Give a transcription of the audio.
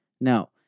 Now